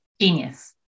genius